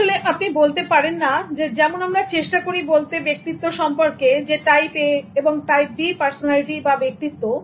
আসলে আপনি বলতে পারেন না যেমন আমরা চেষ্টা করি বলতে ব্যক্তিত্ব সম্পর্কে টাইপ এ এবং type B type A type B ব্যক্তিত্ব